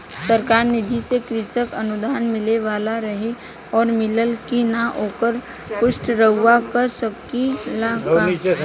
सरकार निधि से कृषक अनुदान मिले वाला रहे और मिलल कि ना ओकर पुष्टि रउवा कर सकी ला का?